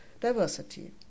diversity